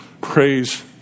Praise